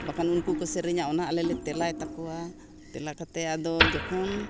ᱵᱟᱠᱷᱟᱱ ᱩᱱᱠᱩ ᱦᱚᱸᱠᱚ ᱥᱮᱨᱮᱧᱟ ᱚᱱᱟ ᱟᱞᱮᱞᱮ ᱛᱮᱞᱟᱭ ᱛᱟᱠᱚᱣᱟ ᱛᱮᱞᱟ ᱠᱟᱛᱮ ᱟᱫᱚ ᱡᱚᱠᱷᱚᱱ